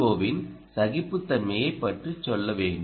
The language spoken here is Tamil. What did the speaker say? ஓவின் சகிப்புத்தன்மையைப் பற்றி சொல்ல வேண்டும்